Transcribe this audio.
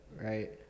Right